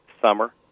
summer